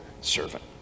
servant